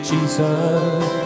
Jesus